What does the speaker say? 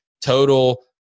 total